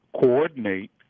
coordinate